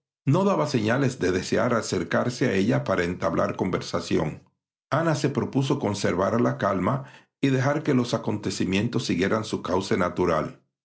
no daba señales de desear acercarse a ella para entablar conversación ana se propuso conservar la calma y dejar que los acontecimientos siguieran su cauce natural